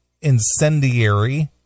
incendiary